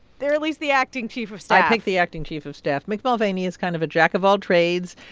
they're at least the acting chief of staff i picked the acting chief of staff. mick mulvaney is kind of a jack of all trades.